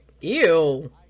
Ew